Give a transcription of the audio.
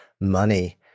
money